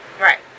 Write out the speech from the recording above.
Right